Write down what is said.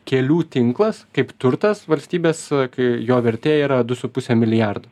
kelių tinklas kaip turtas valstybės kai jo vertė yra du su puse milijardo